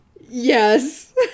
Yes